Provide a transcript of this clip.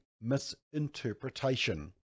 misinterpretation